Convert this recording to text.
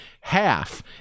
half